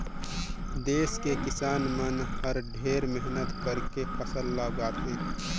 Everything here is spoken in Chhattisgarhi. देस के किसान मन हर ढेरे मेहनत करके फसल ल उगाथे